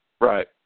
Right